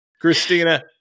Christina